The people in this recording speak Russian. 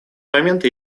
моменты